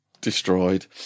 destroyed